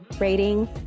rating